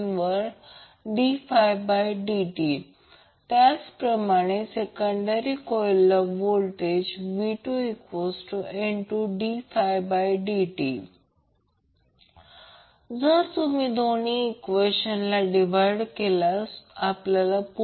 समजा Z R j series RLC circuit XL XC साठी दोन गोष्टी घडू शकतात जर XL XC असेल तर आपण त्याला 12 पॉवर फ्रिक्वेन्सी आहे आणि √ 2 यायला हवे